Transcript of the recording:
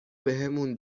بهمون